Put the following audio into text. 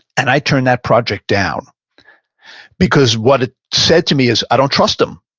and i turned that project down because what it said to me is i don't trust him.